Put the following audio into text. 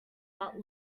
but